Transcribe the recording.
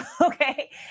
okay